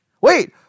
Wait